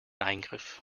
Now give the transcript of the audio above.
eingriff